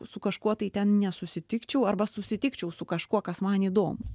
su kažkuo tai ten nesusitikčiau arba susitikčiau su kažkuo kas man įdomu